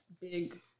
big